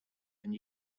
and